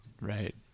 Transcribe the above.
Right